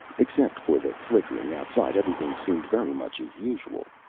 except for the flickering outside everything seemed very much as usual.